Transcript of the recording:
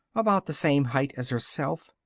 about the same height as herself,